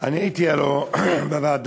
אני הייתי הלוא בוועדה